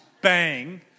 bang